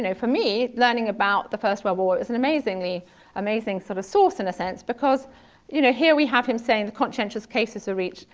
for me, learning about the first world war is an amazingly amazing sort of source in a sense because you know here we have him saying the conscientious cases are reached,